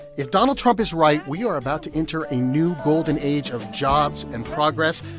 if donald trump is right, we are about to enter a new golden age of jobs and progress.